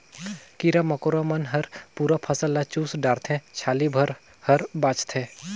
कीरा मकोरा मन हर पूरा फसल ल चुस डारथे छाली भर हर बाचथे